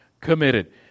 committed